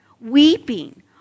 weeping